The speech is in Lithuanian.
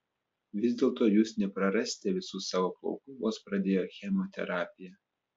vis dėlto jūs neprarasite visų savo plaukų vos pradėję chemoterapiją